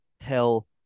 hell